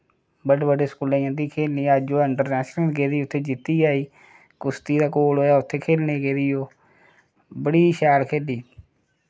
बड्डे बड्डे स्कूलें जन्दी खेलने अज्ज ओह् इंटरनैशनल गेदी ही उत्थै जित्ती आई कुश्ती दा घोल होआ उत्थै खेलने गेदी ओह् बड़ी शैल खेली